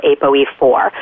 ApoE4